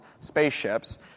spaceships